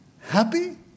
happy